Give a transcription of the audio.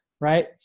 right